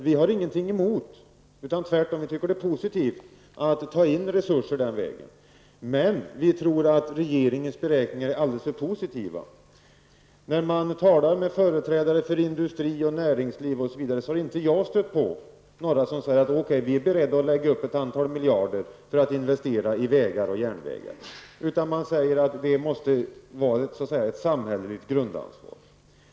Vi har ingenting emot att ta in resurser den vägen. Tvärtom, vi tycker att det är positivt, men vi tror att regeringens beräkningar är alldeles för positiva. Jag har inte stött på några företrädare för industri och näringsliv som är villiga att lägga upp ett antal miljarder för att investera i vägar och järnvägar. De säger att det måste vara ett samhälleligt grundansvar.